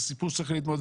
זה סיפור שצריך ללמוד.